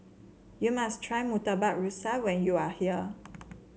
you must try Murtabak Rusa when you are here